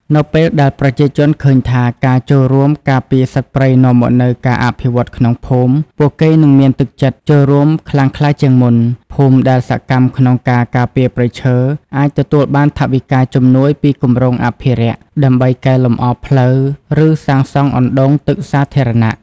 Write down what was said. នៅពេលដែលប្រជាជនឃើញថា ការចូលរួមការពារសត្វព្រៃនាំមកនូវការអភិវឌ្ឍក្នុងភូមិ ពួកគេនឹងមានទឹកចិត្តចូលរួមខ្លាំងក្លាជាងមុន។ ភូមិដែលសកម្មក្នុងការការពារព្រៃឈើ អាចទទួលបានថវិកាជំនួយពីគម្រោងអភិរក្ស ដើម្បីកែលម្អផ្លូវ ឬសាងសង់អណ្តូងទឹកសាធារណៈ។